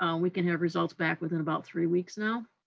um we can have results back within about three weeks now.